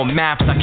maps